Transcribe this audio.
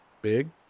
Big